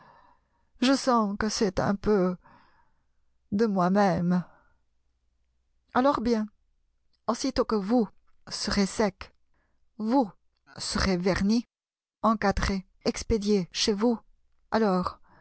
je sens que c'est un peu de moi-même alors bien aussitôt que vous serez sec vous serez verni encadré expédié chez vous alors